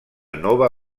nova